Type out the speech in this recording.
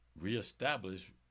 reestablish